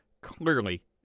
Clearly